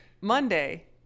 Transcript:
Monday